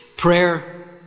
Prayer